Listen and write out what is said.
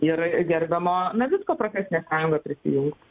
ir gerbiamo navicko profesinė sąjunga prisijungtų